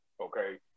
Okay